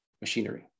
machinery